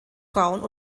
frauen